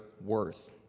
worth